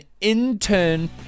intern